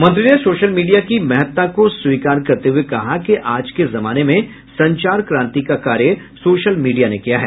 मंत्री ने social media की महत्ता को स्वीकार करते हुए कहा कि आज के जमाने में संचार क्रांति का कार्य सोशल मीडिया ने किया है